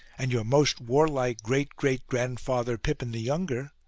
and your most warlike great-great-grandfather pippin the younger,